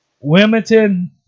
Wilmington